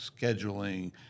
scheduling